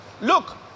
Look